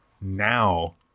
now